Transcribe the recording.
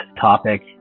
topic